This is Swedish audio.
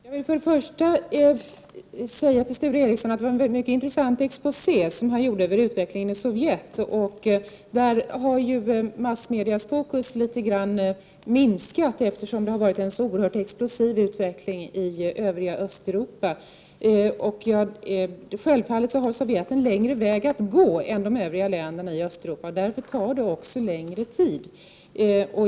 Herr talman! Jag vill till att börja med säga till Sture Ericson att det var en mycket intressant exposé han gjorde över utvecklingen i Sovjet. Massmedias fokus har ju litet grand minskat eftersom utvecklingen i övriga Östeuropa varit så explosiv. Självfallet har Sovjet en längre väg att gå än de övriga länderna i Östeuropa. Därför tar det också litet längre tid.